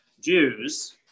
Jews